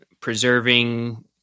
preserving